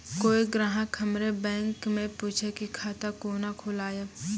कोय ग्राहक हमर बैक मैं पुछे की खाता कोना खोलायब?